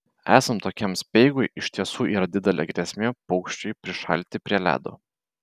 esant tokiam speigui iš tiesų yra didelė grėsmė paukščiui prišalti prie ledo